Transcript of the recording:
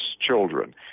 children